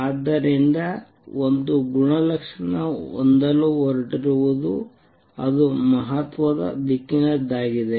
ಆದ್ದರಿಂದ ಒಂದು ಗುಣಲಕ್ಷಣ ಹೊಂದಲು ಹೊರಟಿರುವುದು ಅದು ಮಹತ್ವದ ದಿಕ್ಕಿನದ್ದಾಗಿದೆ